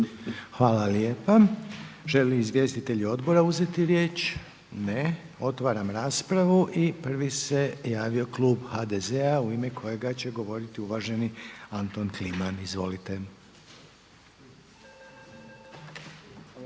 Hvala lijepo. Želi li izvjestitelji odbora uzeti riječ? Ne. Otvaram raspravu i prvi se javio Klub HDZ-a u ime kojega će govoriti uvaženi Anton Kliman. Izvolite.